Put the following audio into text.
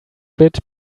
bit